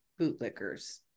bootlickers